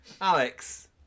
Alex